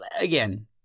again